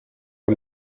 der